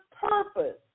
purpose